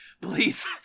please